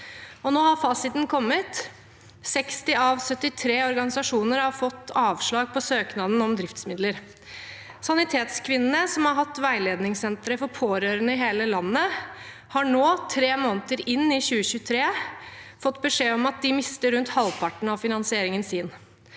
Nå har fasiten kommet: 60 av 73 organisasjoner har fått avslag på søknaden om driftsmidler. Sanitetskvinnene, som har hatt veiledningssentre for pårørende i hele landet, har nå, tre måneder inn i 2023, fått beskjed om at de mister rundt halvparten av finansieringen sin.